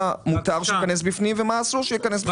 מותר שייכנס בפנים ומה אסור שייכנס בפנים.